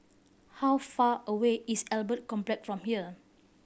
how far away is Albert Complex from here